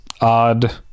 odd